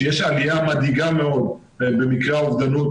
שיש עליה מדאיגה מאוד במקרי אובדנות